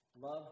Love